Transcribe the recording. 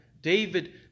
David